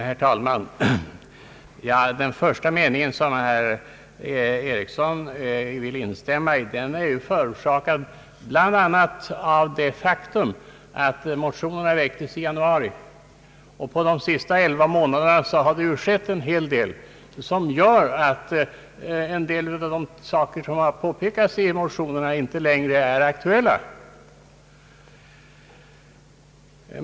Herr talman! Den där meningen i reservationen herr Ericsson ville instämma i är förorsakad bl.a. av det faktum att motionerna väcktes i januari. På de senaste elva månaderna har det skett en hel del som gör att vissa saker som påpekats i motionerna inte längre är aktuella.